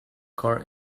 car